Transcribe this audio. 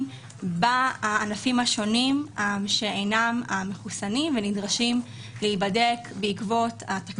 בענפים השונים שאינם מחוסנים ונדרשים להיבדק בעקבות התקנות הבאות.